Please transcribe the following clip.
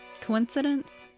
Coincidence